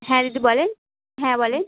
হ্যাঁ দিদি বলুন হ্যাঁ বলুন